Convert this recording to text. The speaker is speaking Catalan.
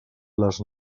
les